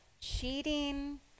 cheating